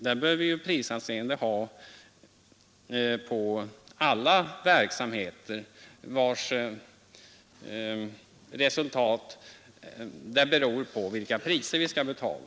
Det bör vi ha på alla verksamheter som avgör vilka priser vi skall betala.